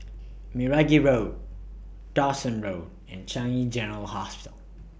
Meragi Road Dawson Road and Changi General Hospital